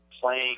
playing